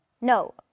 No